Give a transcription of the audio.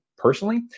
personally